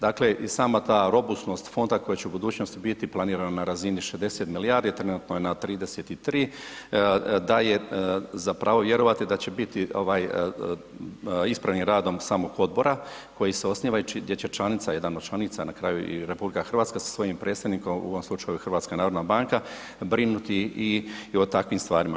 Dakle i sama ta robusnost fonda koje će u budućnosti biti planiran na razini 60 milijardi trenutno je 33 daje za pravo vjerovati da će biti ovaj ispravnim radom samog odbora koji se osniva i gdje će članica, jedan od članica na kraju i RH sa svojim predstavnikom u ovom slučaju HNB brinuti i o takvim stvarima.